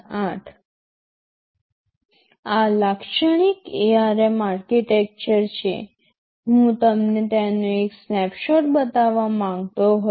આ લાક્ષણિક ARM architecture છે હું તમને તેનો એક સ્નેપશોટ બતાવવા માંગતો હતો